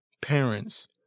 parents